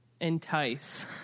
Entice